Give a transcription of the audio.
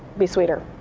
be sweeter.